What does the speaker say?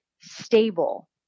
stable